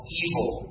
evil